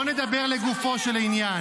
ואני אגיד לכם, בואו נדבר לגופו של עניין.